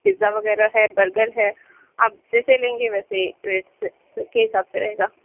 pizza وغیرہ ہے burger ہے آپ جیسے لیں گے ویسے ریٹ کے حساب سے رہے گا